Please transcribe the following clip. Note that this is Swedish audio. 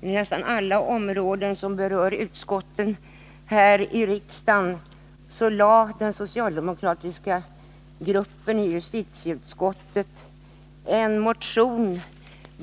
vilka berör nästan alla utskott här i riksdagen — väckte den socialdemokratiska gruppen i justitieutskottet en motion.